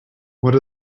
what